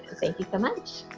thank you so much.